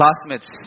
classmates